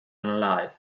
alive